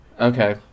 Okay